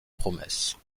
promesses